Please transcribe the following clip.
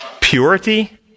Purity